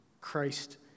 Christ